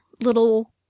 little